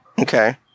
Okay